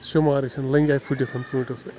شُمارٕے چھِنہٕ لٔنٛگۍ آے پھٕٹِتھ ژوٗنٛٹھیو سۭتۍ